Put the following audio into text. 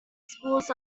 schools